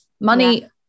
Money